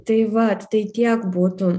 tai vat tai tiek būtų